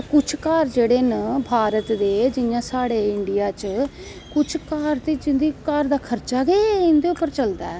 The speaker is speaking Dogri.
कुश घर न भारत जियां साढ़े इंडिया च कुश घर ते उंदा खर्चा गै उंदे पर चलदा ऐ